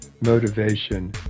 motivation